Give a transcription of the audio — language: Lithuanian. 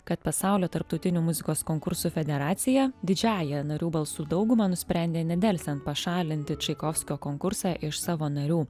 kad pasaulio tarptautinių muzikos konkursų federacija didžiąja narių balsų dauguma nusprendė nedelsiant pašalinti čaikovskio konkursą iš savo narių